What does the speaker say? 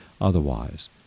otherwise